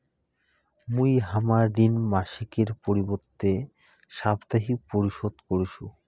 মুই হামার ঋণ মাসিকের পরিবর্তে সাপ্তাহিক পরিশোধ করিসু